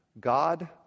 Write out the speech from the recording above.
God